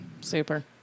Super